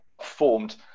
formed